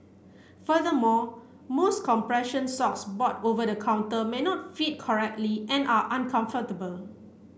furthermore most compression socks bought over the counter may not fit correctly and are uncomfortable